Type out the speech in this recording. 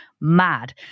mad